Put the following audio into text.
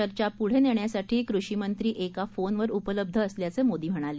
चर्चा पुढे नेण्यासाठी कृषिमंत्री एका फोनवर उपलब्ध असल्याचं मोदी म्हणाले